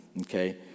okay